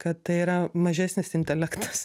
kad tai yra mažesnis intelektas